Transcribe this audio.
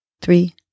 three